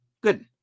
Good